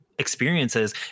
Experiences